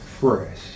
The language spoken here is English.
fresh